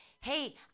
Hey